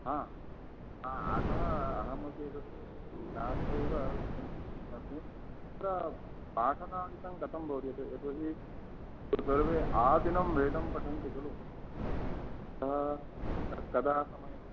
हा हा अतः अहमपि एतत् ज्ञात्वैव किञ्चित् अस्मि अत्र पाठनादिकं कथं भवति यतो हि सर्वे आदिनं वेदं पठन्ति खलु कदा तत् कदा समयः